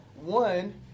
one